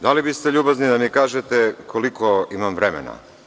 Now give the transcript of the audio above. Da li biste bili ljubazni da mi kažete koliko imam vremena?